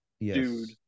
dude